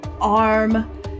arm